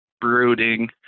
Brooding